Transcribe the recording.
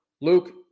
Luke